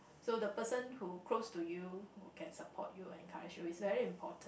so the person who close to you who can support you encourage you is very important